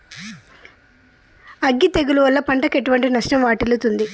అగ్గి తెగులు వల్ల పంటకు ఎటువంటి నష్టం వాటిల్లుతది?